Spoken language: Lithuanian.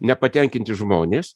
nepatenkinti žmonės